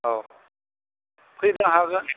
औ फैनो हागोन